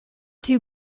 too